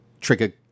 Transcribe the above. trigger